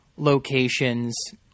Locations